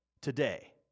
today